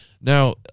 Now